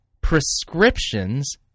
prescriptions